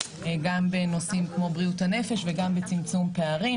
גם בנושאים כמו בריאות הנפש וגם בצמצום פערים.